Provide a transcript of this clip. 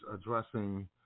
addressing